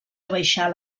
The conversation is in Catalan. abaixar